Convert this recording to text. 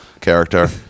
character